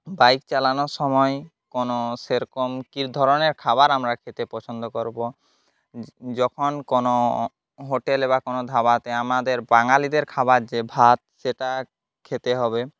bike চালানোর সময়ে কোনো সেরকম কী ধরনের খাবার আমরা খেতে পছন্দ করবো যখন কোনো হোটেলে বা কোনো ধাবাতে আমাদের বাঙালিদের খাবার যে ভাত সেটা খেতে হবে